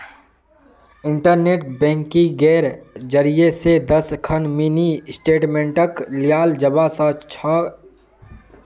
internet बैंकिंगेर जरियई स दस खन मिनी स्टेटमेंटक लियाल जबा स ख छ